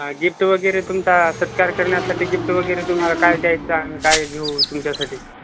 हा गिफ्ट वगैरे तुमचा सत्कार करण्यासाठी गिफ्ट वगैरे तुम्हाला काय द्यायचं आणि काय घेऊ तुमच्यासाठी